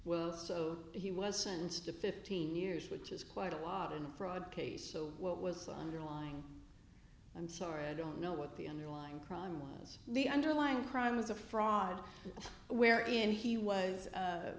well so he was sentenced to fifteen years which is quite a lot in a fraud case so what was the underlying i'm sorry i don't know what the underlying crime was the underlying crime was a fraud where in he was